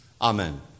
amen